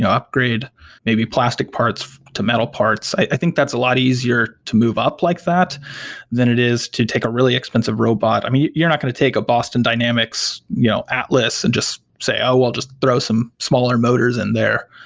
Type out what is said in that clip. upgrade maybe plastic parts to metal parts. i think that's a lot easier to move up like that than it is to take a really expensive robot. i mean, you're not going to take a boston dynamics you know atlas and just say, i will just throw some smaller motors in there.